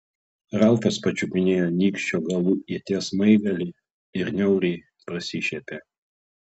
ralfas pačiupinėjo nykščio galu ieties smaigalį ir niauriai prasišiepė